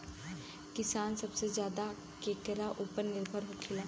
किसान सबसे ज्यादा केकरा ऊपर निर्भर होखेला?